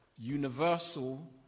universal